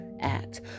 act